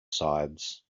sides